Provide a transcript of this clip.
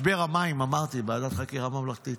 משבר המים, אמרתי, ועדת חקירה ממלכתית.